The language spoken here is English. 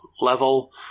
level